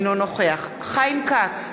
אינו נוכח חיים כץ,